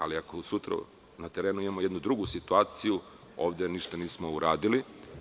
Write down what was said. Ali, ako sutra na terenu imamo drugu situaciju, onda ništa nismo uradili.